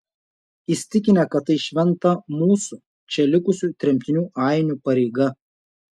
įsitikinę kad tai šventa mūsų čia likusių tremtinių ainių pareiga